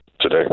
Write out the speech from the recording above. today